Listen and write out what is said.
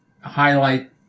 highlight